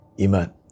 Iman